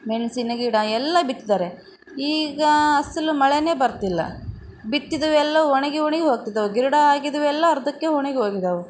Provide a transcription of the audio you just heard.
ಮೆಣಸಿನ ಗಿಡ ಎಲ್ಲ ಬಿತ್ತಿದ್ದಾರೆ ಈಗ ಅಸಲು ಮಳೆಯೇ ಬರ್ತಿಲ್ಲ ಬಿತ್ತಿದ್ದು ಎಲ್ಲ ಒಣಗಿ ಒಣಗಿ ಹೋಗ್ತಿದಾವೆ ಗಿಡ ಆಗಿದ್ದು ಎಲ್ಲ ಅರ್ಧಕ್ಕೆ ಒಣಗಿ ಹೋಗಿದಾವೆ